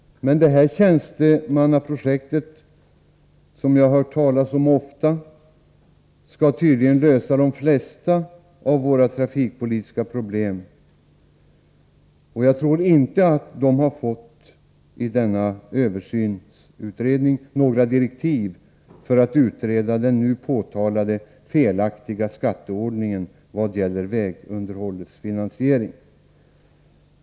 Detta tjänstemannaprojekt, som jag har hört talas om ofta, skall tydligen lösa de flesta av våra trafikpolitiska problem, men jag tror inte att utredningen har fått några direktiv om att utreda den enligt vår uppfattning felaktiga skatteordningen vad gäller vägunderhållets finansiering.